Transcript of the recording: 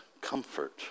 comfort